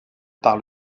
par